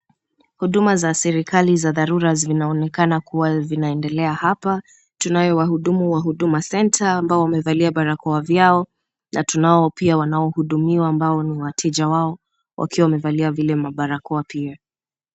Huduma za serikali za dharura zinaonekana kuwa zinaendelea hapa, tunayo wahudumu wa Huduma Center ambao wamevalia barakoa vyao na tunao pia wanaohudumiwa ambao ni wateja wao wakiwa wamevalia vile mabarakoa pia.